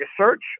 search